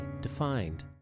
defined